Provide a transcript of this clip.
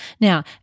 Now